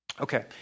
Okay